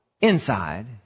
inside